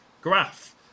graph